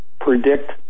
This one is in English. predict